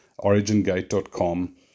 origingate.com